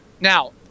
Now